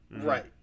Right